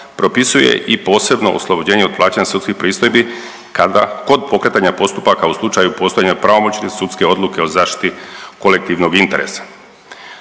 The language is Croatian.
propisuje i posebno oslobođenje od plaćanja sudskih pristojbi kod pokretanja postupaka u slučaju postojanja pravomoćne sudske odluke o zaštiti kolektivnog interesa.